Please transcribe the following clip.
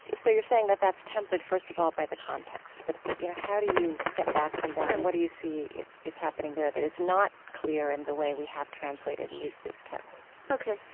so you're saying that that's tempered first of all by the context. but, but you know, how do you step back from that and what do you see is happening there that is not clear in the way we have translated and used these texts? ok.